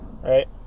right